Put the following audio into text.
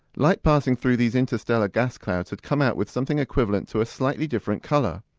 light passing through these interstellar gas clouds would come out with something equivalent to a slightly different colour.